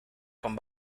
con